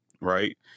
right